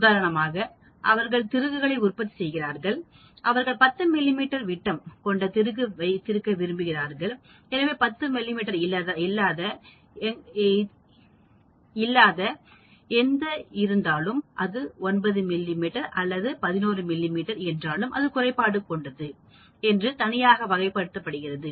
உதாரணமாக அவர்கள் திருகுகளை உற்பத்தி செய்கிறார்கள்அவர்கள் 10 மிமீ விட்டம் கொண்ட திருகு வைத்திருக்க விரும்புகிறார்கள் எனவே 10 மிமீ இல்லாத எங்க இருக்க இருந்தாலும் அது 9 மிமீ அல்லது 11 மிமீ என்றாலும் அது குறைபாடு கொண்டது என்று தனியாக வகைப்படுத்தப்படுகிறது